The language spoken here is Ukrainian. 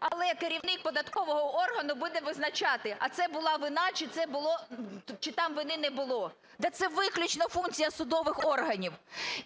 але керівник податкового органу буде визначати, а це була вина чи там вини не було. Та це виключно функція судових органів.